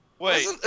Wait